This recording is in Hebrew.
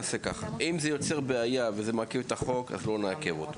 אם זה מייצר בעיה ומעכב את החוק אז לא נעכב אותו.